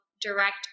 direct